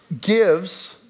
gives